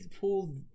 pull